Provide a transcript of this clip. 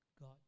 God